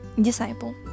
Disciple